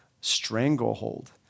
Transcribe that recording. stranglehold